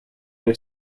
new